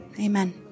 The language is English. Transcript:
Amen